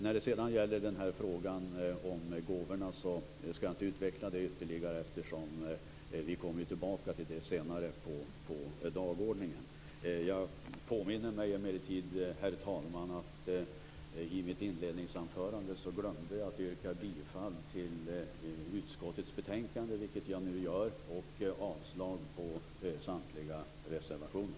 Jag skall inte utveckla frågan om gåvorna ytterligare eftersom vi kommer tillbaka till frågan senare på dagordningen. Jag påminner mig emellertid, herr talman, att jag i mitt inledningsanförande glömde att yrka på godkännande av uskottets anmälan, vilket jag nu gör, och avslag på samtliga reservationer.